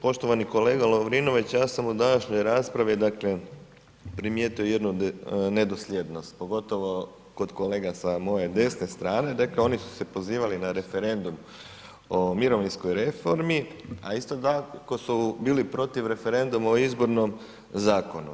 Poštovani kolega Lovrinović, ja sam u današnjoj raspravi primijetio jednu nedosljednost pogotovo kod kolega sa moje desne strane, dakle oni su se pozivali na referendum o mirovinskoj reformi a isto tako su bili protiv referenduma o Izbornom zakonu.